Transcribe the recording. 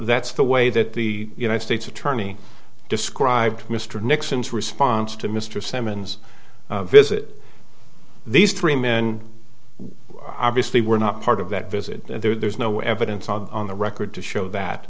that's the way that the united states attorney described mr nixon's response to mr simmons visit these three men obviously were not part of that visit and there's no evidence on the record to show that